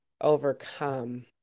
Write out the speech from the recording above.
overcome